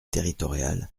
territoriales